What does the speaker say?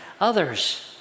others